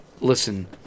listen